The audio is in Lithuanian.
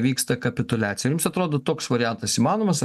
vyksta kapituliacija ar jums atrodo toks variantas įmanomas